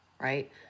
right